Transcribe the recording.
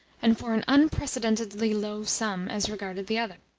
and for an unprecedentedly low sum as regarded the other.